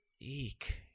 Eek